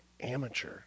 amateur